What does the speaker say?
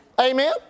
Amen